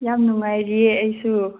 ꯌꯥꯝ ꯅꯨꯡꯉꯥꯏꯔꯤꯌꯦ ꯑꯩꯁꯨꯨ